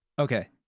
okay